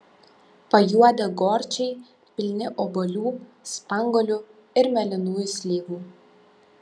pajuodę gorčiai pilni obuolių spanguolių ir mėlynųjų slyvų